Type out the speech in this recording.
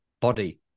body